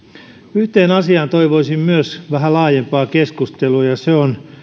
yhteen asiaan toivoisin myös vähän laajempaa keskustelua ja se on